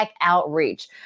Outreach